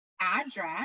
address